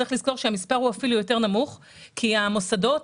צריך לזכור שהמספר אפילו נמוך יותר כי המוסדות